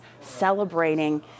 celebrating